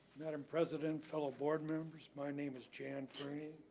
madame president, fellow board members, my name is jan frainie.